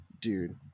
Dude